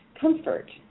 comfort